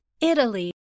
Italy